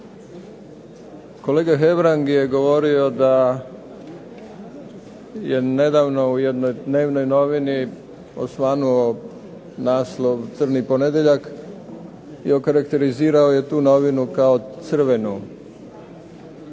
Kolega Hebrang je govorio da je nedavno u jednoj dnevnoj novini osvanuo naslov crni ponedjeljak i okarakterizirao je tu novinu kao crvenu.